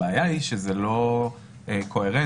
הבעיה שזה לא קוהרנטי.